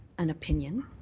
an opinion,